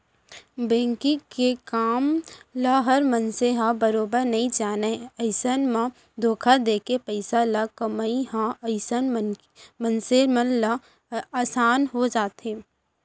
banking के काम ल हर मनसे ह बरोबर नइ जानय अइसन म धोखा देके पइसा के कमई ह अइसन मनसे मन ले असान हो जाथे